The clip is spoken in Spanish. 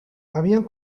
habían